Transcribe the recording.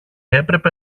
έπρεπε